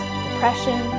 depression